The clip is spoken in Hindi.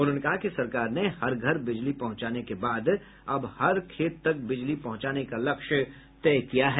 उन्होंने कहा कि सरकार ने हर घर बिजली पहुंचाने के बाद अब हर खेत तक बिजली पहुंचाने का लक्ष्य तय किया है